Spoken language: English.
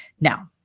Now